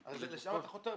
לשם אתה חותר בעצם.